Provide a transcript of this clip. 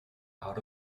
out